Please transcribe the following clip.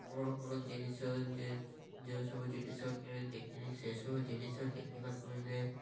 କ'ଣ କ'ଣ ଜିନିଷ ଯେଉଁ ସବୁ ଜିନିଷ କେବେ ଦେଖିଲି ସେସବୁ ଜିନିଷ ଦେଖିବାକୁ ହେଲେ